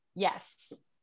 Yes